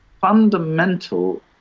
fundamental